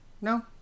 No